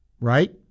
Right